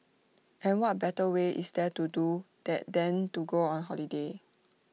and what better way is there to do that than to go on holiday